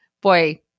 boy